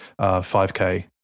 5K